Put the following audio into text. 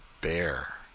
bear